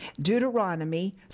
Deuteronomy